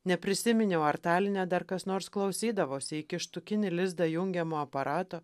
neprisiminiau ar taline dar kas nors klausydavosi į kištukinį lizdą jungiamo aparato